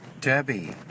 Debbie